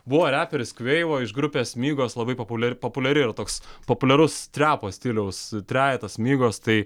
buvo reperis kveivo iš grupės migos labai populia populiari yra toks populiarus triapo stiliaus trejetas mygos tai